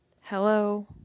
Hello